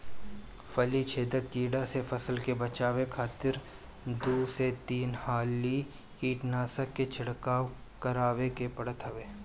फली छेदक कीड़ा से फसल के बचावे खातिर दू से तीन हाली कीटनाशक के छिड़काव करवावे के पड़त हवे